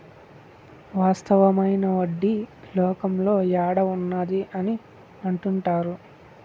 వాస్తవమైన వడ్డీ లోకంలో యాడ్ ఉన్నది అని అంటుంటారు